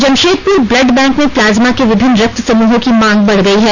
Jamshedpur blood bank में plasma के विभिन्न रक्त समूहों की मांग बढ़ गई है